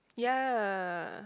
ya